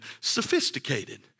sophisticated